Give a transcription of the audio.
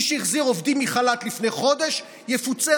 מי שהחזיר עובדים מחל"ת לפני חודש יפוצה